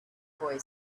boy